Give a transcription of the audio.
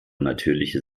natürliche